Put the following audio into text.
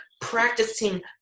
practicing